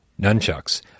nunchucks